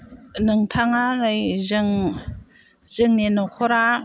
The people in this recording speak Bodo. नोंथाङा ओरै जों जोंनि न'खरा